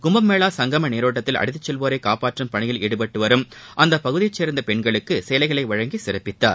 கும்பமேளா கங்கம நீரோட்டத்தில் அடித்து செல்வோரை காப்பாற்றும் பணியில் ஈடுபட்டு வரும் அப்பகுதியைச் சேர்ந்த பெண்களுக்கு சேலைகளை வழங்கி சிறப்பித்தார்